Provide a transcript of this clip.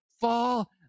fall